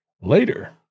later